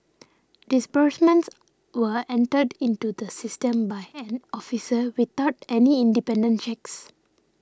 disbursements were entered into the system by an officer without any independent checks